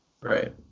Right